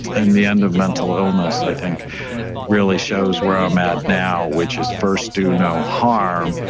and the end of mental illness, i think really shows where i'm at now which is first do no harm,